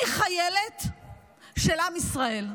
אני חיילת של עם ישראל,